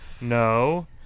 No